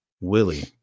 Willie